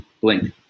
Blink